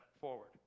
forward